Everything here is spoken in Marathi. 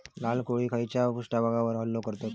लाल कोळी खैच्या पृष्ठभागावर हल्लो करतत?